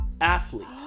athlete